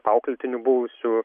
auklėtinių buvusių